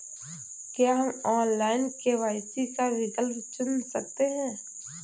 क्या हम online KYC का विकल्प चुन सकते हैं?